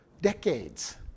decades